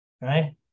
right